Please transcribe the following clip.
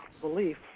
belief